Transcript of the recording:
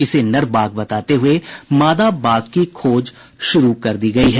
इसे नर बाघ बताते हुये मादा बाघ की खोज शुरू कर दी गयी है